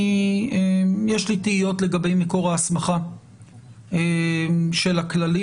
יש לי תהיות לגבי מקור ההסמכה של הכללים